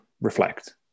reflect